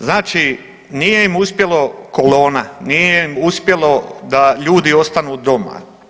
Znači nije im uspjela kolona, nije im uspjelo da ljudi ostanu doma.